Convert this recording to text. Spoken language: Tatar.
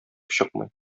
чыкмый